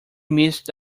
missed